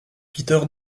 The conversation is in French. peter